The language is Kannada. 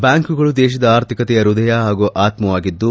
ಬ್ಲಾಂಕುಗಳು ದೇಶದ ಅರ್ಥಿಕತೆಯ ಹೃದಯ ಹಾಗೂ ಅತ್ತವಾಗಿದ್ದು